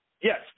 yes